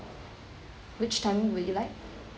which timing will you like